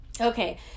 Okay